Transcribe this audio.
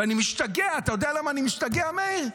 ואני משתגע, אתה יודע למה אני משתגע, מאיר?